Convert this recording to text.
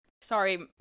sorry